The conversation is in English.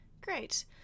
Great